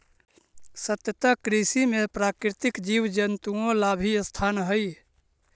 सतत कृषि में प्राकृतिक जीव जंतुओं ला भी स्थान हई